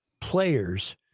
players